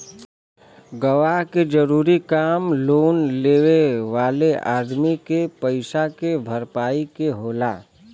गवाह के जरूरी काम लोन लेवे वाले अदमी के पईसा के भरपाई के होला